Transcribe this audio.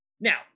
now